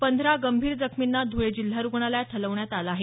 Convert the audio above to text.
पंधरा गंभीर जखमींना धुळे जिल्हा रुग्णालयात हलवण्यात आलं आहे